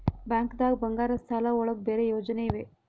ಬ್ಯಾಂಕ್ದಾಗ ಬಂಗಾರದ್ ಸಾಲದ್ ಒಳಗ್ ಬೇರೆ ಯೋಜನೆ ಇವೆ?